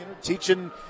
teaching